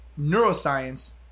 neuroscience